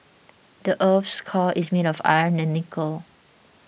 the earth's core is made of iron and nickel